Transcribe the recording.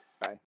Bye